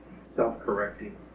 self-correcting